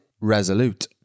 Resolute